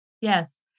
Yes